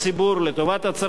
לטובת הצרכנים.